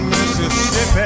Mississippi